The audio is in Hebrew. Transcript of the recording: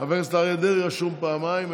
חבר הכנסת אריה דרעי רשום פעמיים,